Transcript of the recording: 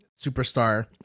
superstar